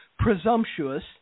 presumptuous